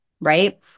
right